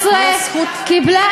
קיבלה,